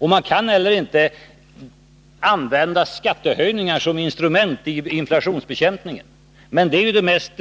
Man kan inte heller använda skattehöjningar som instrument vid inflationsbekämpningen, men det är ju .det mest